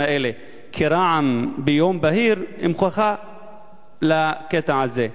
האלה כרעם ביום בהיר היא הוכחה לקטע הזה.